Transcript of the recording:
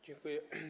Dziękuję.